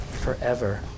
forever